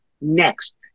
next